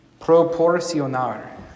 Proporcionar